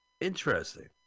Interesting